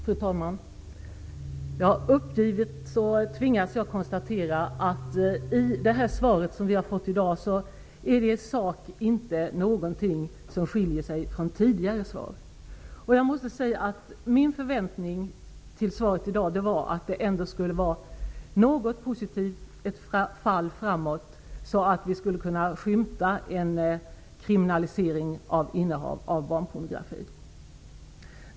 Fru talman! Uppgivet tvingas jag konstatera att det i sak inte finns någonting som skiljer det här svaret från dem vi har fått tidigare. Min förväntan på svaret i dag var att det skulle innebära någonting positivt, ett fall framåt, så att vi skulle kunna skymta en kriminalisering av innehav av barnpornografi.